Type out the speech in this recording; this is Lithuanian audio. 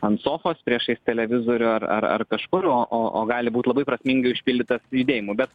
ant sofos priešais televizorių ar ar ar kažkur o o o gali būt labai prasmingai užpildytas judėjimu bet